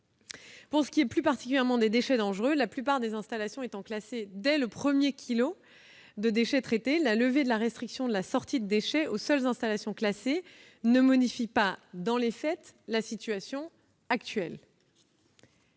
Pour ce qui est plus particulièrement des déchets dangereux, la plupart des installations étant classées dès le premier kilogramme de déchets traités, la levée de la restriction de la sortie du statut de déchet aux seules installations classées ne modifie pas, dans les faits, la situation actuelle.